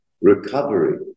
recovery